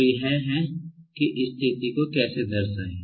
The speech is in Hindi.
तो यह है कि स्थिति को कैसे दर्शाये